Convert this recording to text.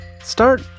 Start